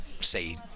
say